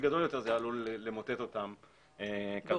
גדול יותר זה עלול למוטט אותם כלכלית.